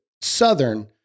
Southern